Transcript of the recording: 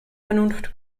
vernunft